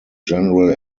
general